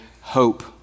hope